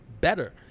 better